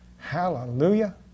Hallelujah